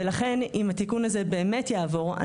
ולכן אם התיקון הזה באמת יעבור,